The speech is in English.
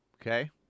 Okay